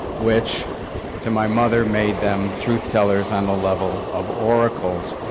which to my mother, made them truth tellers on the level of oracles.